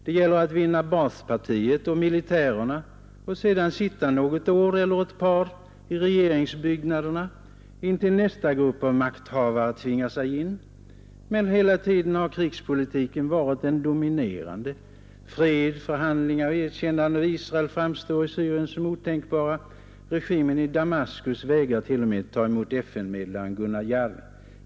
Det gäller att vinna Baathpartiet och militärerna och sedan sitta något år eller ett par i regeringsbyggnaderna — innan nästa grupp av makthavare tvingar sig in. Men hela tiden har krigspolitiken varit den dominerande. Fred, förhandlingar och erkännande av Israel framstår i Syrien som otänkbara — regimen i Damaskus vägrar t.o.m. att ta emot FN-medlaren Gunnar Jarring.